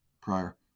prior